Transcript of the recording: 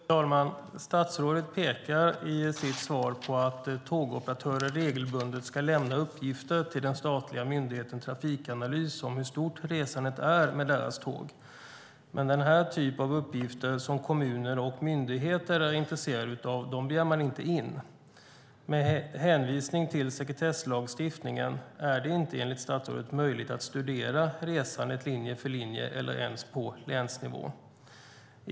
Fru talman! Statsrådet pekar i sitt svar på att tågoperatörer regelbundet ska lämna uppgifter till den statliga myndigheten Trafikanalys om hur stort resandet är med deras tåg. Men den typ av uppgifter som kommuner och myndigheter är intresserade av begär man inte in. Med hänvisning till sekretesslagstiftningen säger statsrådet att det inte är möjligt att studera resandet linje för linje eller ens på länsnivå.